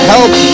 Help